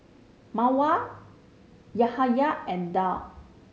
Mawar Yahaya and Daud